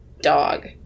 dog